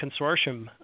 consortium